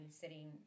sitting